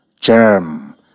germ